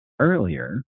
earlier